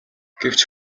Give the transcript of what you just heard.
гэвч